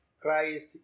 Christ